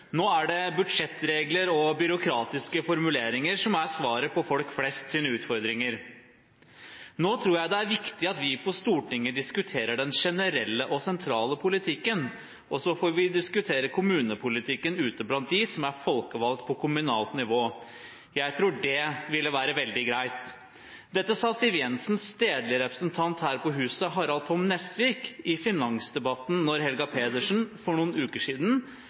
Nå er det budsjettregler og byråkratiske formuleringer som er svaret på folk flests utfordringer: «Nå tror jeg det er viktig at vi på Stortinget diskuterer den generelle og sentrale politikken, og så får vi diskutere kommunepolitikken ute blant dem som er folkevalgt på kommunalt nivå. Jeg tror det vil være veldig greit.» Dette sa Siv Jensens stedlige representant her på huset, Harald Tom Nesvik, i finansdebatten da Helga Pedersen for noen uker siden